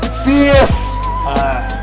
fierce